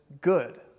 good